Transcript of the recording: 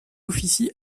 officie